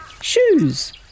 Shoes